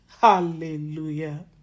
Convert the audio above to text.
hallelujah